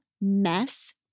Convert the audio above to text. Mess